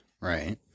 Right